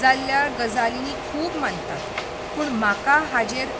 जाल्ल्या गजालींनी खूब मानतात पूण म्हाका हाजेर